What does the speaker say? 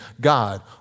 God